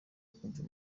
kumva